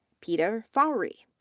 peter kfoury,